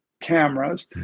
cameras